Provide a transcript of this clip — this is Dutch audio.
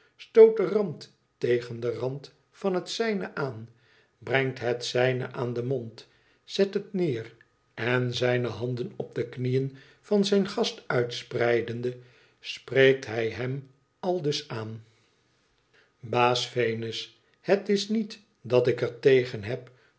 den rand tegen den rand van het zijne aan brengt het zijne aan den mond zet het neer en zijne handen op de knieën van zijn gast uitspreidende spreekt hij hem aldus aan baas venus het is niet dat ik er tegen heb